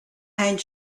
and